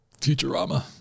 Futurama